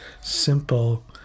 simple